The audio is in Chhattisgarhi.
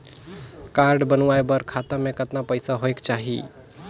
कारड बनवाय बर खाता मे कतना पईसा होएक चाही?